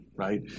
right